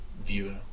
viewer